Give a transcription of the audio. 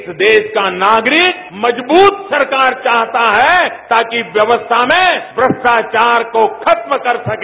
इस देश का नागरिक मजबूत सरकार चाहता है ताकि व्यवस्था में भ्रष्टाचार को खत्म कर सके